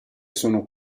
sono